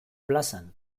plazan